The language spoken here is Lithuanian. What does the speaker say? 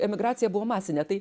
emigracija buvo masinė tai